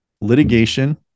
litigation